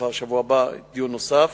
כבר בשבוע הבא יש דיון נוסף,